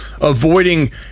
avoiding